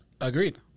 Agreed